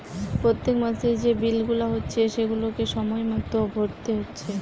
পোত্তেক মাসের যে বিল গুলা হচ্ছে সেগুলাকে সময় মতো ভোরতে হচ্ছে